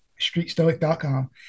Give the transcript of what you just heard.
Streetstoic.com